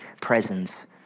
presence